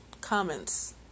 comments